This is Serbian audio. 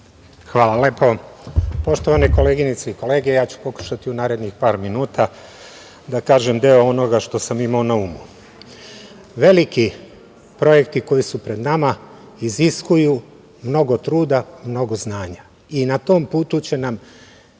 Hvala. Poštovane koleginice i kolege, ja ću pokušati u narednih par minuta da kažem deo onoga što sam imao na umu. Veliki projekti koji su pred nama iziskuju mnogo truda, mnogo znanja i na tom putu će nam